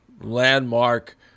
landmark